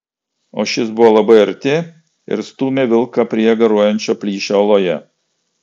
o šis buvo labai arti ir stūmė vilką prie garuojančio plyšio uoloje